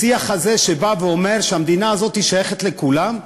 השיח הזה בא ואומר שהמדינה הזאת שייכת לכולם,